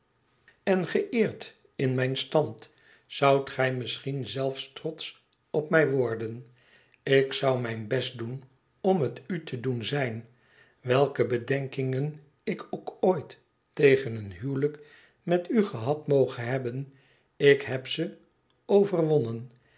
en geëerd in mijn stand zoudt gij misschien zelfs trotsch op mij worden ik zou mijn best doen om het u te doen zijn welke bedenkingen ik ook ooit tegen een huwelijk met u gehad moge hebben ik heb ze overwononze